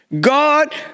God